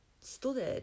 studied